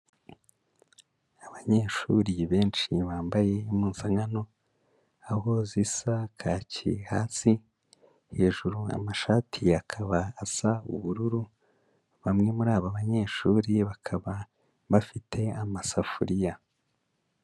Abanyeshuri benshi bambaye impuzankano, aho zisa kaki hasi, hejuru amashati akaba asa ubururu, bamwe muri abo banyeshuri bakaba bafite amasafuriya.